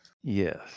Yes